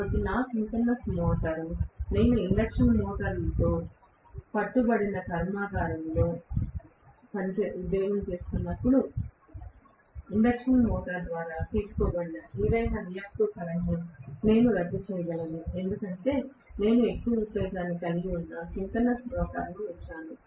కాబట్టి నా synchronous motor నేను ఇండక్షన్ మోటారులతో పట్టుబట్టబడిన కర్మాగారం ఫ్యాక్టరీ లో ఉద్యోగం చేస్తున్నప్పుడు ఇండక్షన్ మోటారు ద్వారా తీసుకోబడిన ఏదైనా రియాక్టివ్ కరెంట్ను నేను రద్దు చేయగలను నేను ఎక్కువ ఉత్తేజాన్ని కలిగి ఉన్న సింక్రోనస్ మోటారును ఉంచాను